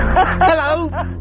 Hello